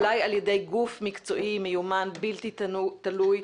אולי על ידי גוף מקצועי מיומן בלתי תלוי,